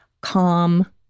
Calm